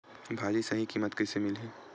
भाजी सही कीमत कइसे मिलही?